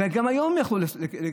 וגם היום הם יכלו להתגייר,